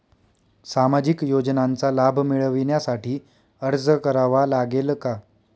सामाजिक योजनांचा लाभ मिळविण्यासाठी अर्ज करावा लागेल का?